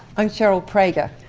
i'm cheryl praeger.